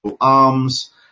arms